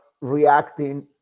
reacting